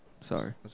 Sorry